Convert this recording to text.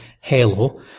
halo